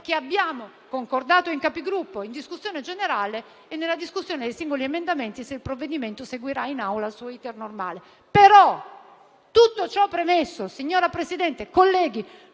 che abbiamo concordato in Conferenza dei Capigruppo, nella discussione generale e nella discussione dei singoli emendamenti, se il provvedimento seguirà in Assemblea il suo *iter* normale. Tutto ciò premesso, signor Presidente e colleghi,